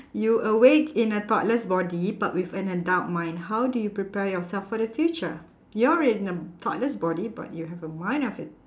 you awake in a toddler's body but with an adult mind how do you prepare yourself for the future you're in a toddler's body but you have a mind of it